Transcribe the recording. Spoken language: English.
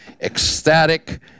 ecstatic